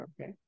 Okay